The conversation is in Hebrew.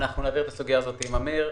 אנחנו נבהיר את הסוגיה הזאת עם אמיר.